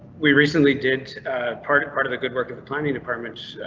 we recently did part of part of the good work of the planning department,